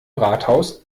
rathaus